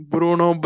Bruno